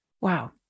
Wow